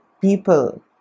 people